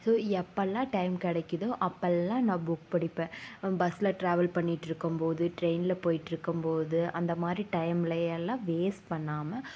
so எப்போதெல்லாம் time கிடைக்குதோ அப்போதெல்லாம் நான் புக் படிப்பேன் பஸ்ஸில் டிராவல் பண்ணிட்டு இருக்கும்போது டிரெயினில் போய்ட்டுருக்கும்போது அந்த மாதிரி டைமில் எல்லாம் வேஸ்ட் பண்ணாமல்